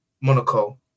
Monaco